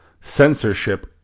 censorship